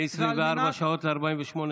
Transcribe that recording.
מ-24 שעות ל-48 שעות.